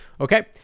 Okay